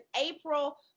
April